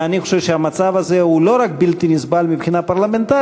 ואני חושב שהמצב הזה הוא לא רק בלתי נסבל מבחינה פרלמנטרית,